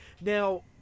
Now